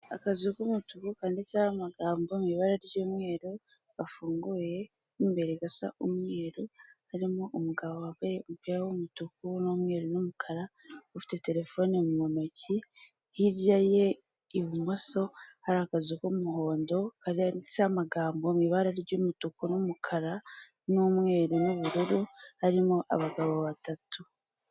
Akazu k'umutuku kanditseho amagambo mu ibara ry'umweru gafunguye mo imbere gasa umweru harimo umugabo wambaye umupira w'umutuku n'umweru n'umukara, ufite telefone mu ntoki, hirya ye ibumoso hari akazu k'umuhondo kanditseho amagambo mu ibara ry'umutuku n'umukara n'umweru n'ubururu harimo abagabo batatu.